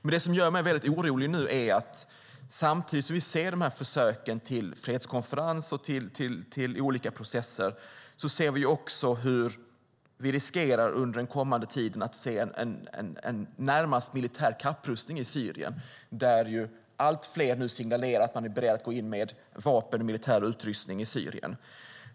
Det som gör mig väldigt orolig nu är att det samtidigt med försöken till fredskonferens och olika processer närmast finns risk för en militär kapprustning i Syrien under den kommande tiden. Allt fler signalerar nu att de är beredda att gå in med vapen och militär utrustning i Syrien.